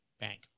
bank